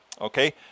Okay